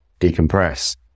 decompress